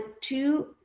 two